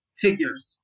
figures